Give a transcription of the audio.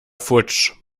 futsch